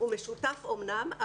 הוא משותף אמנם,